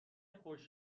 خوش